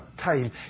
time